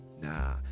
nah